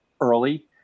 early